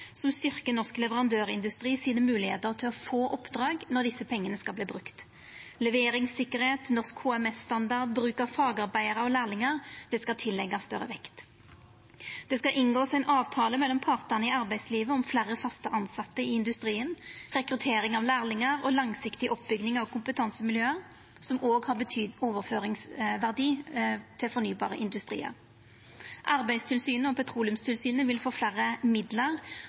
som styrkjer norsk leverandørindustri sine moglegheiter til å få oppdrag når desse pengane skal brukast. Leveringssikkerheit, norsk HMS-standard og bruk av fagarbeidarar og lærlingar skal tilleggjast større vekt. Det skal inngåast ein avtale mellom partane i arbeidslivet om fleire fast tilsette i industrien, rekruttering av lærlingar og langsiktig oppbygging av kompetansemiljø som òg kan ha overføringsverdi til fornybare industriar. Arbeidstilsynet og Petroleumstilsynet vil få fleire midlar,